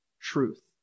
truth